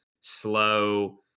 slow